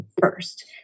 first